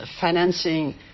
financing